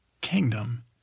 kingdom